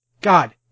God